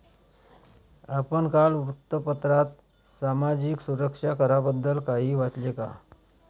आपण काल वृत्तपत्रात सामाजिक सुरक्षा कराबद्दल काही वाचले का?